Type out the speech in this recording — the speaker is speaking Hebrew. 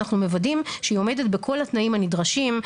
אנחנו מוודאים שהיא עומדת בכל התנאים הנדרשים,